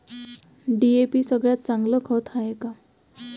DAP सगळ्यात चांगलं खत हाये का?